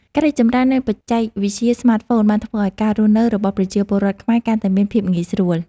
ការរីកចម្រើននៃបច្ចេកវិទ្យាស្មាតហ្វូនបានធ្វើឱ្យការរស់នៅរបស់ពលរដ្ឋខ្មែរកាន់តែមានភាពងាយស្រួល។